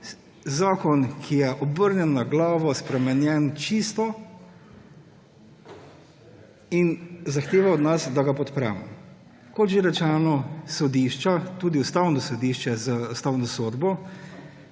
zakon, ki je obrnjen na glavo, čisto spremenjen in zahteva od nas, da ga podpremo. Kot že rečeno, tudi Ustavno sodišče je z ustavno sodbo